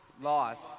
loss